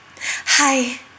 hi